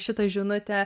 šitą žinutę